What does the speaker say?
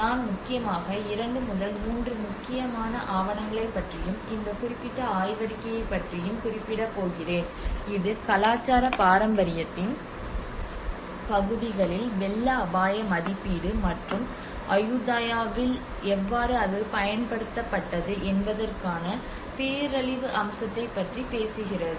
நான் முக்கியமாக இரண்டு முதல் மூன்று முக்கியமான ஆவணங்களைப் பற்றியும் இந்த குறிப்பிட்ட ஆய்வறிக்கையைப் பற்றியும் குறிப்பிடப் போகிறேன் இது கலாச்சார பாரம்பரியத்தின் பகுதிகளில் வெள்ள அபாய மதிப்பீடு மற்றும் அயுதாயாவில் எவ்வாறு அது பயன்படுத்தப்பட்டது என்பதற்கான பேரழிவு அம்சத்தைப் பற்றி பேசுகிறது